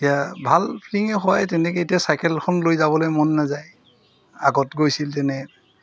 এতিয়া ভাল ফ্লিঙে হয় তেনেকৈ এতিয়া চাইকেলখন লৈ যাবলৈ মন নাযায় আগত গৈছিল তেনেকৈ